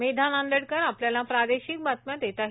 मेधा नांदेडकर आपल्याला प्रादेशिक बातम्या देत आहे